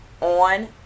on